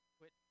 Quit